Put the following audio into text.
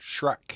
Shrek